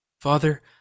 Father